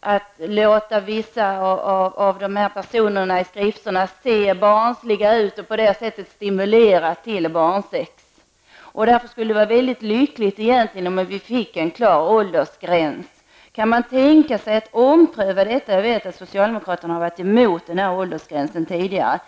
att låta vissa av personerna i skrifterna se barnsliga ut och på det sättet stimulera till barnsex. Därför skulle det vara bra om vi fick en klar åldersgräns. Kan man tänka sig att ompröva detta? Jag vet att socialdemokraterna har varit emot en åldersgräns tidigare.